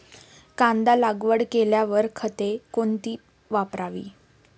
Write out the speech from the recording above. कांदा लागवड केल्यावर खते कोणती वापरावी?